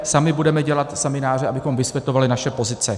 Sami budeme dělat semináře, abychom vysvětlovali naše pozice.